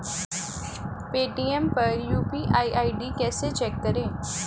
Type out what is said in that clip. Paytm पर UPI ID कैसे check करें?